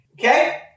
Okay